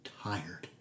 tired